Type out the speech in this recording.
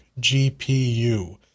GPU